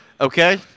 Okay